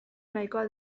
nahikoa